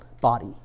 body